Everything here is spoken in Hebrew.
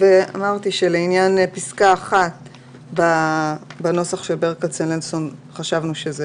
אמרתי שלעניין פסקה 1 בנוסח של ברל כצנלסון חשבנו שזה